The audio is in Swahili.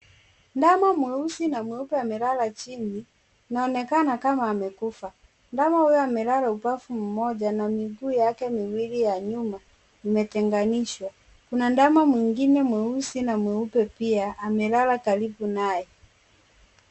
Ndama mweusi na mweupe amelala chini, inaonekana kama amekufa. Ndama huyo amella ubavu mmoja na miguu yake miwili ya nyuma imetenganishwa. Kuna ndama mwingine mweusi na mweupe pia amelala karibu naye.